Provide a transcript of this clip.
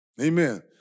Amen